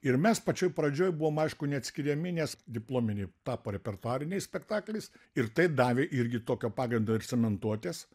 ir mes pačioj pradžioj buvom aišku neatskiriami nes diplominiai tapo repertuariniais spektakliais ir tai davė irgi tokio pagrindo ir cementuotės